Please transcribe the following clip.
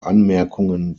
anmerkungen